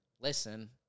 listen